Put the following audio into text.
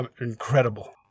incredible